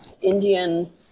Indian